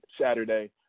Saturday